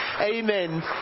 Amen